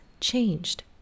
changed